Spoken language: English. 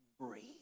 breathe